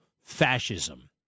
fascism